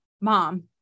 mom